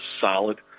solid